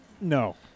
No